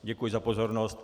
Děkuji za pozornost.